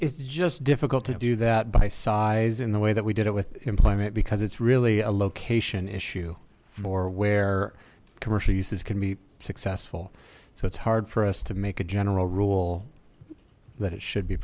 it's just difficult to do that by size in the way that we did it with employment because it's really a location issue or where commercial uses can be successful so it's hard for us to make a general rule that it should be